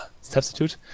substitute